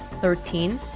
thirteen